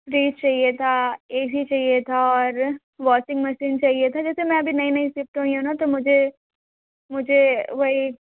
fridge चाहिए था A C चाहिए था और वाशिंग मशीन चाहिए था जैसे मैं अभी नई नई शिफ्ट हुई हूँ ना तो मुझे मुझे वही